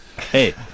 Hey